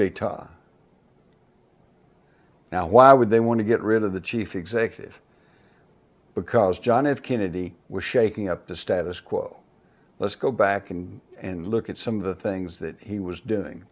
a ta now why would they want to get rid of the chief executive because john f kennedy was shaking up the status quo let's go back and and look at some of the things that he was doing